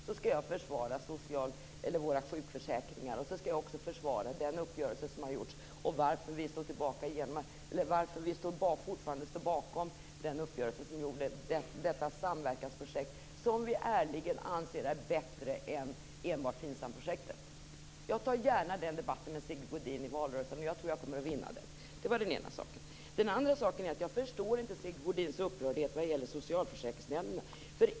Då skall jag försvara våra sjukförsäkringar och försvara den uppgörelse som har gjorts och tala om varför vi fortfarande står bakom detta samverkansprojekt, som vi ärligt anser är bättre än enbart FINSAM projektet. Jag tar gärna den debatten med Sigge Godin i valrörelsen. Jag tror att jag kommer att vinna den debatten. Jag förstår inte Sigge Godins upprördhet vad gäller socialförsäkringsnämnderna.